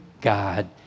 God